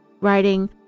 writing